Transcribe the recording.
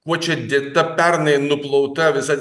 kuo čia dėta pernai nuplauta visa